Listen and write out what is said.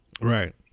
right